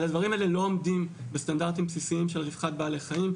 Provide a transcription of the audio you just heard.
אבל הדברים האלה לא עומדים בסטנדרטים בסיסיים של רווחת בעלי חיים.